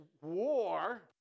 war